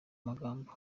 magambo